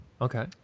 Okay